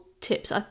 tips